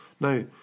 Now